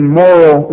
moral